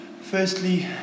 Firstly